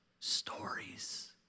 Stories